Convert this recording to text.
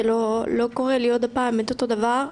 שלא קורה לי עוד פעם את אותו דבר.